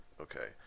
Okay